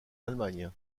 allemagne